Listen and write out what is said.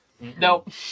Nope